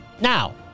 Now